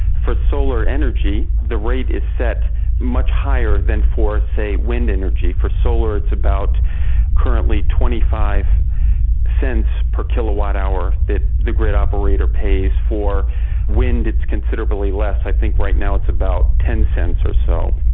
for solar energy the rate is set much higher than for, say, wind energy for solar it's about currently twenty five cents per kilowatt-hour that the grid operator pays for wind, it's considerably less i think, right now, it's about ten cents or so.